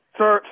sir